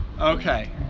Okay